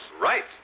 right